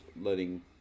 letting